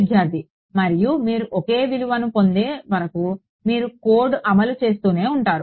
విద్యార్థి మరియు మీరు ఒకే విలువను పొందే వరకు మీరు కోడ్ను అమలు చేస్తూనే ఉంటారు